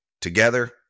Together